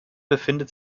befindet